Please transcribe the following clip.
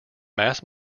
mass